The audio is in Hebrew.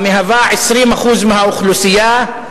המהווה 20% מהאוכלוסייה,